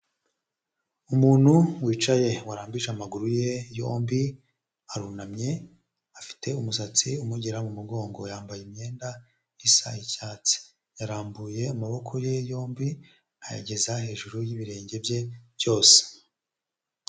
Umuntu wicaye warambije amaguru ye yombi, arunamye afite umusatsi umugera mu mugongo, yambaye imyenda isa icyatsi, yarambuye amaboko ye yombi ayageza hejuru y'ibirenge bye byose.